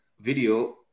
video